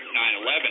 9-11